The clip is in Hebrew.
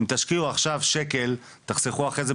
אם תשקיעו עכשיו שקל תחסכו אחרי זה,